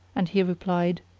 and he replied,